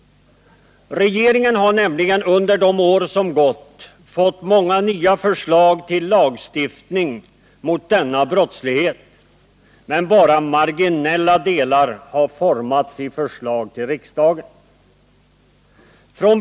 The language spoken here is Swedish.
Regeringen har nämligen under det år som gått fått många nya förslag till lagstiftning mot denna brottslighet, men bara marginella delar har formats i förslag till riksdagen.